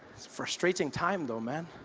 frustrating time though man